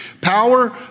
Power